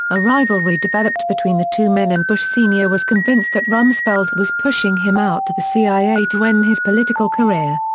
a rivalry developed between the two men and bush senior was convinced that rumsfeld was pushing him out to the cia to end his political career.